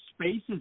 Spaces